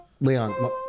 Leon